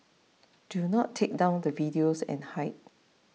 do not take down the videos and hide